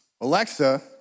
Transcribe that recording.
Alexa